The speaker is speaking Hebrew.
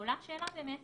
עולה השאלה באמת